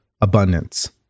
abundance